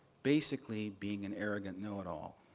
basically, being an arrogant know-it-all.